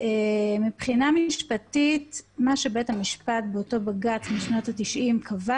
מבחינה משפטית מה שבית משפט באותו בג"צ משנות ה-90 קבע